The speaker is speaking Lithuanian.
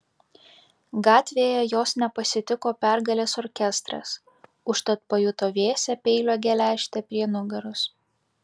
gatvėje jos nepasitiko pergalės orkestras užtat pajuto vėsią peilio geležtę prie nugaros